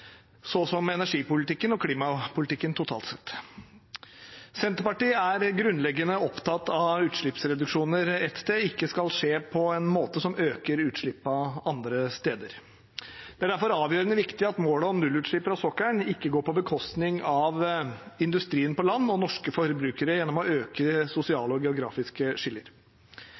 som energipolitikken og klimapolitikken totalt sett. Senterpartiet er grunnleggende opptatt av at utslippsreduksjoner ett sted ikke skal skje på en måte som øker utslippene andre steder. Det er derfor avgjørende viktig at målet om nullutslipp fra sokkelen ikke går på bekostning av industrien på land og norske forbrukere, gjennom å øke sosiale og geografiske skiller.